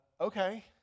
okay